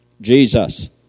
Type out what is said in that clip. Jesus